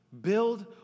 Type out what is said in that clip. Build